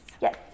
Yes